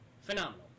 phenomenal